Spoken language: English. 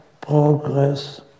progress